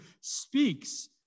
speaks